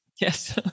yes